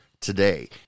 today